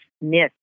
miss